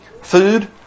food